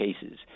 cases